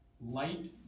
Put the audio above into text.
light